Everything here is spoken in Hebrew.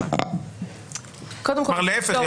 כלומר להפך,